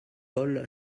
paul